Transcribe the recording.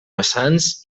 vessants